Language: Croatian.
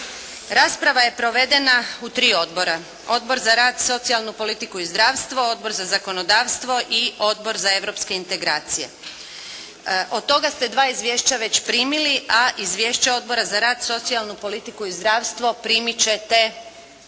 Rasprava je provedena u tri odbora. Odbor za rad, socijalnu politiku i zdravstvo, Odbor za zakonodavstvo i Odbor za europske integracije. Od toga ste dva izvješća već primili, a Izvješće Odbora za rad, socijalnu politiku i zdravstvo primiti ćete za